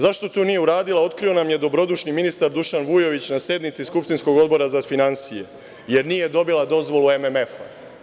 Zašto to nije uradila, otkrio nam je dobrodušni ministar Dušan Vujović na sednici skupštinskog Odbora za finansije, jer nije dobila dozvolu MMF.